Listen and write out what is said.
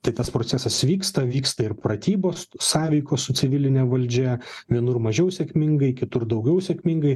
tai tas procesas vyksta vyksta ir pratybos sąveikos su civiline valdžia vienur mažiau sėkmingai kitur daugiau sėkmingai